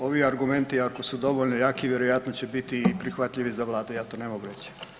Ovi argumenti ako su dovoljno jaki, vjerojatno će biti i prihvatljivi za Vladu, ja to ne mogu reć.